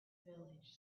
village